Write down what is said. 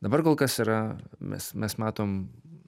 dabar kol kas yra mes mes matom